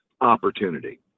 opportunity